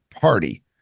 Party